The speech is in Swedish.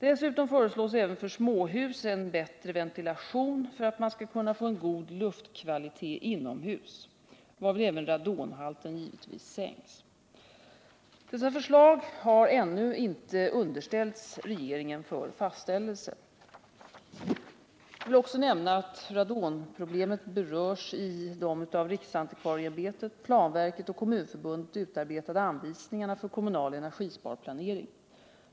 Dessutom föreslås även för småhus en bättre ventilation för att man skall få en god luftkvalitet inomhus, varvid även radonhalten givetvis sänks. Dessa förslag har ännu inte underställts regeringen för fastställelse. Jag vill också nämna att radonproblemet berörs i de av riksantikvarieämbetet, planverket och Kommunförbundet utarbetade anvisningarna för kommunal energisparplanering.